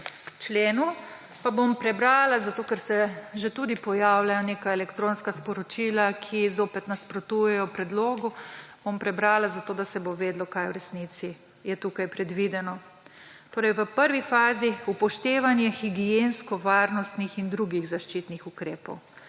členu. Pa bom prebrala, ker se že tudi pojavljajo neka elektronska sporočila, ki nasprotujejo predlogu. Bom prebrala, da se bo vedelo, kaj je v resnici tukaj predvideno. V prvi vazi: upoštevanje higiensko-varnostnih in drugih zaščitnih ukrepov,